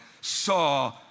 saw